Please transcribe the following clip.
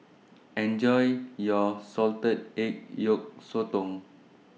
Enjoy your Salted Egg Yolk Sotong